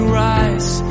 rise